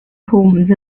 homes